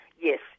yes